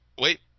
wait